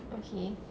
mmhmm